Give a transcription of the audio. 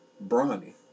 Brawny